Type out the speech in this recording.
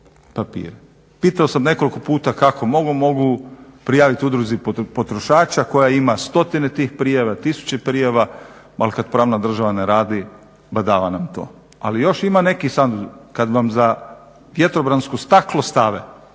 papire. Pitao sam nekoliko kako mogu, mogu prijaviti udruzi potrošača koja ima stotine tih prijava, tisuće prijava, al kad pravna država ne radi badava nam to, ali još ima netko, kad vam za vjetrobransko staklo stave